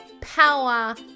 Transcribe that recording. power